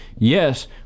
Yes